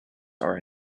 are